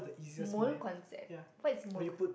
mole concept what is mole con~